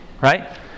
Right